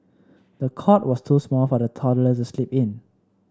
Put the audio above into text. the cot was too small for the toddler to sleep in